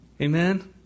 Amen